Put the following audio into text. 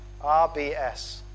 RBS